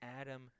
Adam